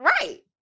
Right